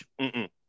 -mm